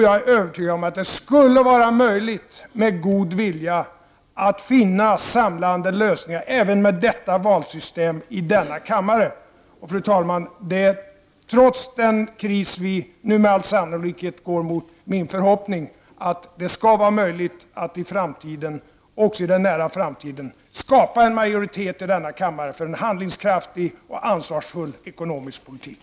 Jag är övertygad om att det skulle vara möjligt att med god vilja finna samlade lösningar i denna kammare även med detta valsystem. Fru talman! Trots den kris som vi nu med all sannolikhet går mot är min förhoppning att det skall vara möjligt att i framtiden — också i den nära förestående framtiden — skapa majoritet i denna kammare för en handlingskraftig och ansvarsfull ekonomisk politik.